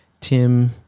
Tim